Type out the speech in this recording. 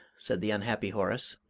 said the unhappy horace,